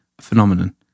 phenomenon